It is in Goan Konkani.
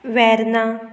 वॅर्ना